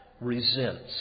resents